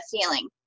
feeling